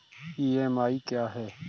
EMI क्या है?